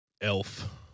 Elf